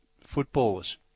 footballers